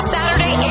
Saturday